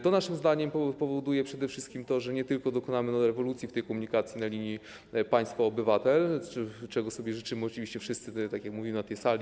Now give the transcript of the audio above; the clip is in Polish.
To naszym zdaniem powoduje przede wszystkim to, że nie tylko dokonamy rewolucji w komunikacji na linii państwo - obywatel, czego sobie życzymy oczywiście wszyscy, tak jak mówimy na tej sali.